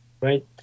right